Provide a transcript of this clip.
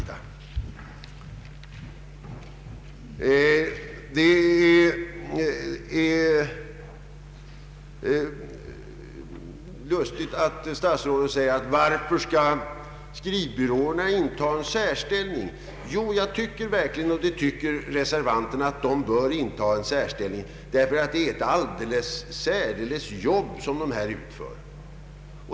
Statsrådet undrar varför skrivbyråerna skall inta en särställning. Vi reservanter anser att de bör inta denna särställning därför att det är ett alldeles särskilt arbete de utför.